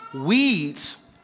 weeds